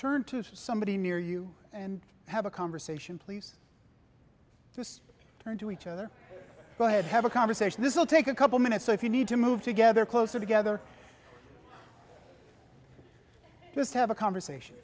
turn to somebody near you and have a conversation please turn to each other go ahead have a conversation this will take a couple minutes so if you need to move together closer together just have a conversation